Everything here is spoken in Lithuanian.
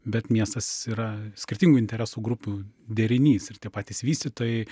bet miestas yra skirtingų interesų grupių derinys ir tie patys vystytojai